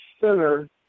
center